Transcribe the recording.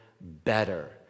better